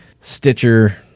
Stitcher